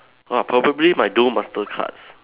ah probably my duel master cards